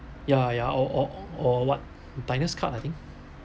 ya ya or or or what pioneer's card I think